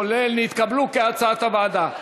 כולל, נתקבלו כהצעת הוועדה.